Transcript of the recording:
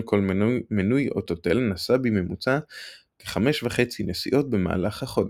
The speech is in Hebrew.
כל מנוי אוטותל נסע בממוצע כ-5.5 נסיעות במהלך החודש.